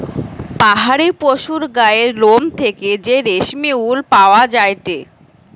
পাহাড়ি পশুর গায়ের লোম থেকে যে রেশমি উল পাওয়া যায়টে